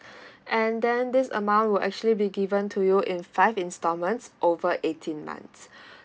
and then this amount will actually be given to you in five installments over eighteen months